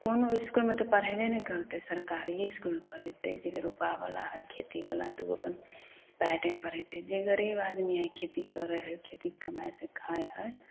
कोनो इसकुलमे तऽ पढ़ेबे ने करतै सरकारिए इसकुललमे पढ़ेतै जे रूपा बला है खेती बला तऽ ओ अपन प्राइबटे पढ़ेतै जे गरीब आदमी है खेती करै है खेतीके कमाइ से खाइ है